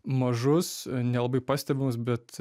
mažus nelabai pastebimus bet